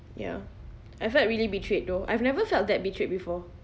ya I felt really betrayed though I've never felt that betrayed before